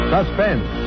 Suspense